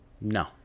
No